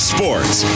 Sports